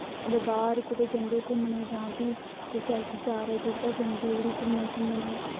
ते बाह्र कुतै जंदे घुम्मने जां फ्ही कुसै जारत उप्पर जंदे उठी घुम्मने शुमने ई